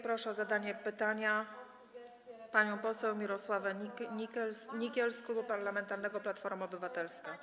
Proszę o zadanie pytania panią poseł Mirosławę Nykiel z Klubu Parlamentarnego Platforma Obywatelska.